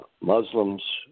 Muslims